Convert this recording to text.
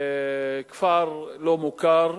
כפר לא מוכר,